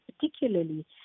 particularly